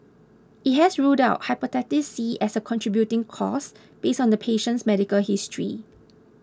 it has ruled out Hepatitis C as a contributing cause based on the patient's medical history